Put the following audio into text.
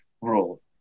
rule